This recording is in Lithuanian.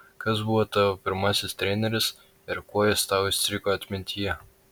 kas buvo tavo pirmasis treneris ir kuo jis tau įstrigo atmintyje